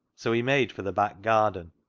so he made for the back garden,